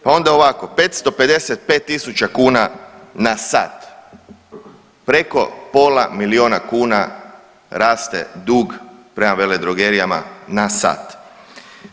Pa onda ovako 555 tisuća kuna na sat, preko pola miliona kuna raste dug prema veledrogerijama na sat.